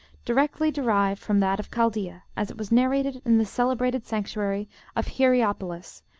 directly derived from that of chaldea, as it was narrated in the celebrated sanctuary of hierapolis,